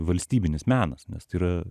valstybinis menas nes tai yra